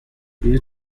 iyo